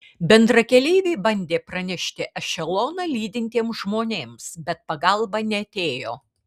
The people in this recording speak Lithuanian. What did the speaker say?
bendrakeleiviai bandė pranešti ešeloną lydintiems žmonėms bet pagalba neatėjo